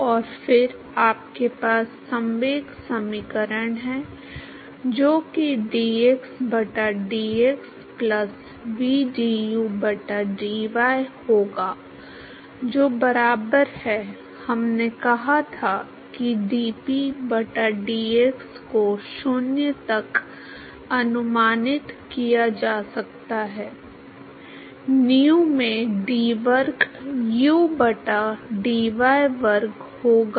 और फिर आपके पास संवेग समीकरण है जो कि dx बटा dx प्लस vdu बटा dy होगा जो बराबर है हमने कहा था कि dP बटा dx को 0 तक अनुमानित किया जा सकता है nu में d वर्ग u बटा dy वर्ग होगा